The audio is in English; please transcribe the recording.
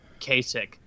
Kasich